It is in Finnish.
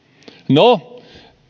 no